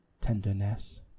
tenderness